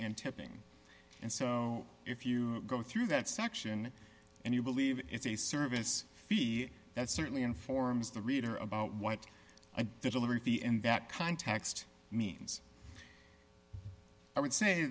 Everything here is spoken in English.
and tipping and so if you go through that section and you believe it's a service fee that's certainly informs the reader about what a delivery fee in that context means i would say